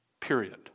Period